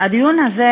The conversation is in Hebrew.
הדיון הזה,